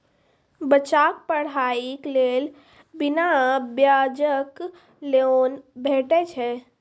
बच्चाक पढ़ाईक लेल बिना ब्याजक लोन भेटै छै?